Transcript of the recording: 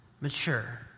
mature